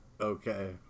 okay